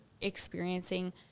experiencing